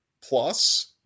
plus